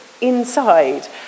inside